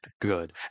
good